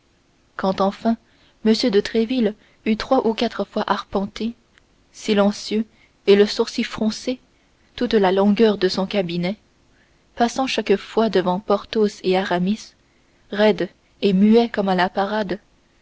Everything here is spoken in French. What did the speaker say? quand enfin m de tréville eut trois ou quatre fois arpenté silencieux et le sourcil froncé toute la longueur de son cabinet passant chaque fois devant porthos et aramis roides et muets comme à la parade